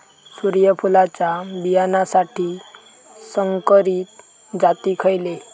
सूर्यफुलाच्या बियानासाठी संकरित जाती खयले?